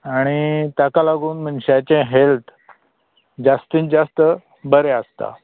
आनी ताका लागून मनशाचें हेल्थ जास्तीत जास्त बरें आसता